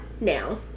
now